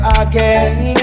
again